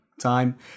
time